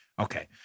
Okay